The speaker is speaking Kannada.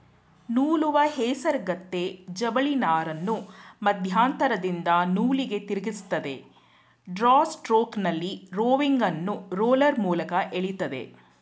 ನೂಲುವ ಹೇಸರಗತ್ತೆ ಜವಳಿನಾರನ್ನು ಮಧ್ಯಂತರದಿಂದ ನೂಲಿಗೆ ತಿರುಗಿಸ್ತದೆ ಡ್ರಾ ಸ್ಟ್ರೋಕ್ನಲ್ಲಿ ರೋವಿಂಗನ್ನು ರೋಲರ್ ಮೂಲಕ ಎಳಿತದೆ